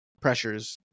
pressures